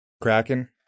Kraken